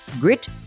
Grit